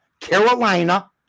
Carolina